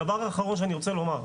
דבר אחרון שאני רוצה לומר.